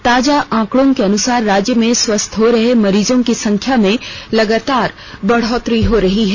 ताजा आंकड़ों के अनुसार राज्य में स्वस्थ हो रहे मरीजों की संख्या में लगातार बढ़ोतरी हो रही है